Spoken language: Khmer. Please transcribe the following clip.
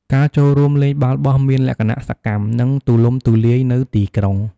ការចូលរួមលេងបាល់បោះមានលក្ខណៈសកម្ម និងទូលំទូលាយនៅទីក្រុង។